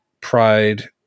Pride